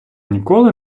ніколи